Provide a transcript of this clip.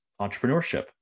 entrepreneurship